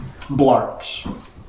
blarts